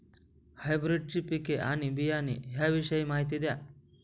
हायब्रिडची पिके आणि बियाणे याविषयी माहिती द्या